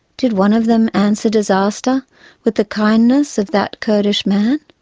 did one of them answer disaster with the kindness of that kurdish man,